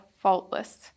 faultless